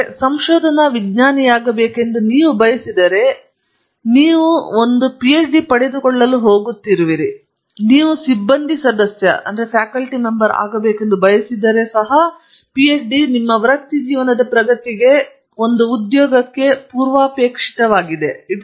ಆದರೆ ಸಂಶೋಧನಾ ವಿಜ್ಞಾನಿಯಾಗಬೇಕೆಂದು ನೀವು ಬಯಸಿದರೆ ನೀವು ಒಂದು ಪಿಎಚ್ಡಿ ಪಡೆದುಕೊಳ್ಳಲು ಹೋಗುತ್ತಿರುವಿರಿ ನೀವು ಸಿಬ್ಬಂದಿ ಸದಸ್ಯರಾಗಬೇಕೆಂದು ಬಯಸಿದರೆ ಪಿಎಚ್ಡಿ ಸಹ ವೃತ್ತಿಜೀವನದ ಪ್ರಗತಿಗೆ ಕೆಲವು ಉದ್ಯೋಗಗಳಿಗೆ ಒಂದು ಪೂರ್ವಾಪೇಕ್ಷಿತವಾಗಿದೆ